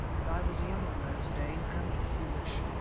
but i was young in those days and foolish,